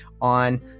on